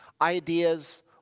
ideas